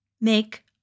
make